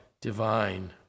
divine